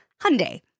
Hyundai